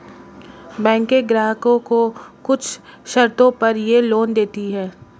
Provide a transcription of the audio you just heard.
बैकें ग्राहकों को कुछ शर्तों पर यह लोन देतीं हैं